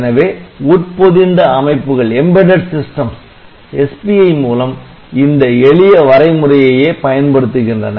எனவே உட்பொதிந்த அமைப்புகள் SPI மூலம் இந்த எளிய வரைமுறையையே பயன்படுத்துகின்றன